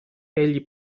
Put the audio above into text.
egli